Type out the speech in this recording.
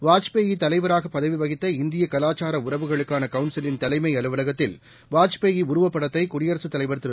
வாஜ்பாய் தலைவராக பதவி வகித்த இந்திய கலாச்சார உறவுகளுக்கான கவுன்சிலின் தலைமை அலுவலகத்தில் வாஜ்பாய் உருவப்படத்தை குடியரசு தலைவர் திரு